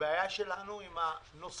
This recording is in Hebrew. הבעיה שלנו היא עם הנוספים.